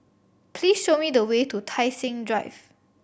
please show me the way to Tai Seng Drive